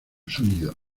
sonido